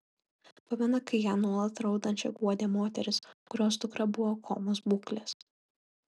pamena kai ją nuolat raudančią guodė moteris kurios dukra buvo komos būklės